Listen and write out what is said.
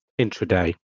intraday